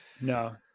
no